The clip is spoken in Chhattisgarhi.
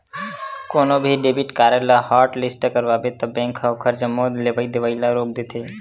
कोनो भी डेबिट कारड ल हॉटलिस्ट करवाबे त बेंक ह ओखर जम्मो लेवइ देवइ ल रोक देथे